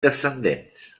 descendents